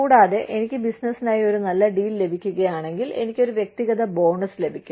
കൂടാതെ എനിക്ക് ബിസിനസ്സിനായി ഒരു നല്ല ഡീൽ ലഭിക്കുകയാണെങ്കിൽ എനിക്ക് ഒരു വ്യക്തിഗത ബോണസ് ലഭിക്കും